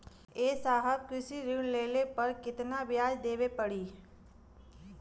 ए साहब कृषि ऋण लेहले पर कितना ब्याज देवे पणी?